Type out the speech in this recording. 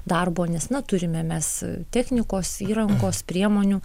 darbo nes na turime mes technikos įrangos priemonių